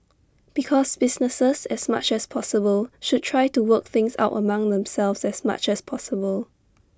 because businesses as much as possible should try to work things out among themselves as much as possible